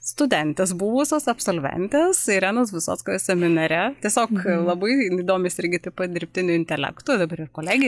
studentės buvusios absolventės irenos visockos seminare tiesiog labai jinai domisi irgi taip pat dirbtiniu intelektu dabar ir kolegijoj